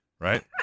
Right